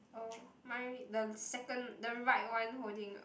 oh mine the second the right one holding